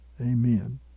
Amen